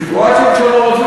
סיטואציות שונות,